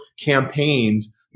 campaigns